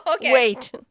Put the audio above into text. wait